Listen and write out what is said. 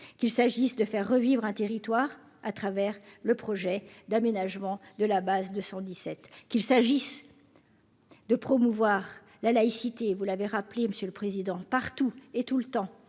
qu'il s'agisse de faire revivre un territoire à travers le projet d'aménagement de la base de 117 qu'il s'agisse. De promouvoir la laïcité, vous l'avez rappelé monsieur le président, partout et tout le temps